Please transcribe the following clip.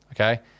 okay